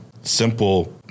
simple